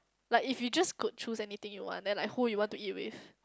like if you just could choose anything you want then like who you want to eat with